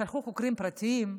שלחו חוקרים פרטיים.